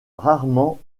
rarement